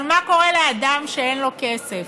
אבל מה קורה לאדם שאין לו כסף?